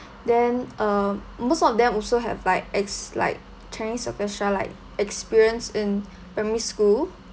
then uh most of them also have like ex~ like chinese orchestra like experience in primary school